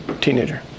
teenager